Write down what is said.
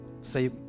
say